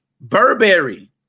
Burberry